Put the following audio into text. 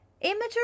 Immature